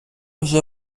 вже